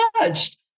judged